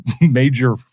major